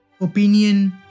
Opinion